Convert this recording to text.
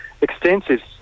extensive